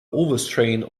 overstrained